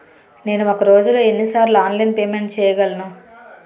నేను ఒక రోజులో ఎన్ని సార్లు ఆన్లైన్ పేమెంట్ చేయగలను?